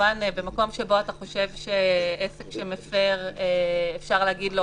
כמובן שבמקום שבו אתה חושב שעסק שמפר אפשר להגיד לו